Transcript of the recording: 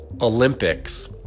Olympics